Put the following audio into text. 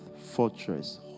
Fortress